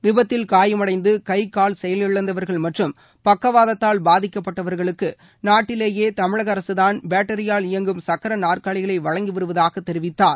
விபத்தில் காயமடைந்து கை கால் செயலிழந்தவர்கள் மற்றும் பக்கவாதத்தால் பாதிக்கப்பட்டவர்களுக்கு நாட்டிலேயே தமிழக அரசுதான் பேட்டரியால் இயங்கும் சக்கர நாற்காலிகளை வழங்கி வருவதாகத் தெரிவித்தார்